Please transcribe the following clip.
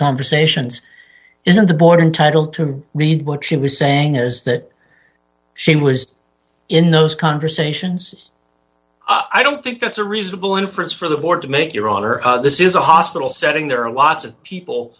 conversations isn't the board title to read what she was saying is that she was in those conversations i don't think that's a reasonable inference for the board to make your honor this is a hospital setting there are lots of people